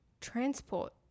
transport